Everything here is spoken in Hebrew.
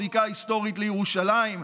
זיקה היסטורית לירושלים,